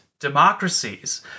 democracies